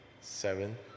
seven